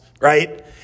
right